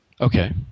Okay